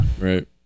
right